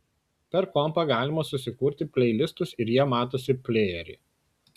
per kompą galima susikurti pleilistus ir jie matosi plejery